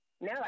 No